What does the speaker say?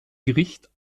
gericht